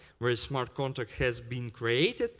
where a smart contract has been created,